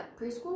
Preschool